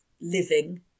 living